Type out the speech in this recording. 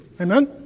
amen